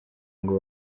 ngo